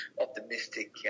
optimistic